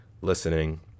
listening